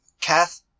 Kath